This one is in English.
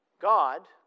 God